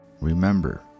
Remember